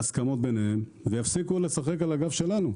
להסכמות ביניהם ויפסיקו לשחק על הגב שלנו.